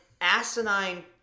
asinine